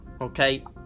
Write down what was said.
Okay